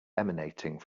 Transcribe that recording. emanating